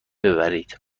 ببرید